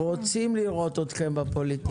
רוצים לראות אתכן בפוליטיקה.